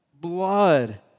blood